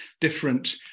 different